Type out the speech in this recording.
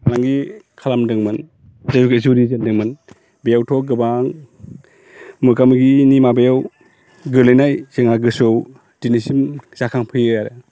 फालांगि खालामदोंमोन जुरि जेनदोंमोन बेयावथ' गोबां मोगा मोगिनि माबायाव गोग्लैनाय जोंहा गोसोआव दिनैसिम जाखांफैयो आरो